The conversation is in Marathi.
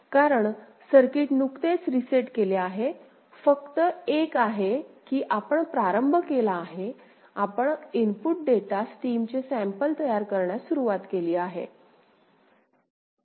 कारण सर्किट नुकतेच रीसेट केले आहे फक्त एक आहे की आपण प्रारंभ केला आहे आपण इनपुट डेटा स्ट्रीम चे सॅम्पल तयार करण्यास सुरवात केली आहे